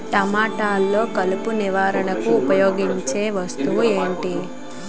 టమాటాలో కలుపు నివారణకు ఉపయోగించే వస్తువు ఏంటి?